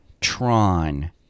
Tron